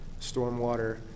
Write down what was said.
Stormwater